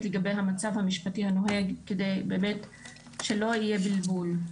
לגבי המצב המשפטי הנוהג כדי באמת שלא יהיה בלבול.